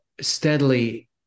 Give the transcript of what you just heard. steadily